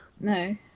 No